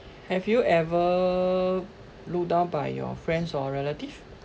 have you ever looked down by your friends or relative